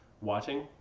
Watching